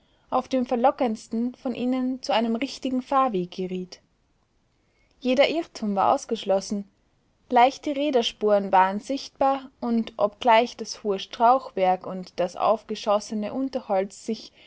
auf dem verlockendsten von ihnen zu einem richtigen fahrweg geriet jeder irrtum war ausgeschlossen leichte räderspuren waren sichtbar und obgleich das hohe strauchwerk und das aufgeschossene unterholz sich